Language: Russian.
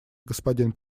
господин